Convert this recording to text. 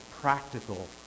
practical